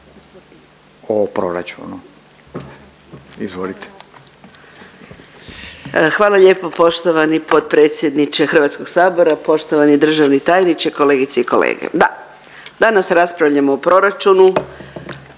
Anka (GLAS)** Hvala lijepo poštovani potpredsjedniče Hrvatskog sabora. Poštovani državni tajniče, kolegice i kolege, da danas raspravljamo o proračunu.